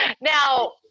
now